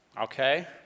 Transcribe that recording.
Okay